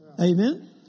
Amen